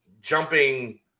jumping